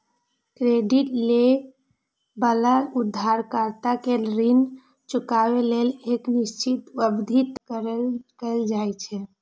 credit लए बला उधारकर्ता कें ऋण चुकाबै लेल एक निश्चित अवधि तय कैल जाइ छै